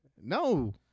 No